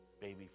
baby